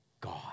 God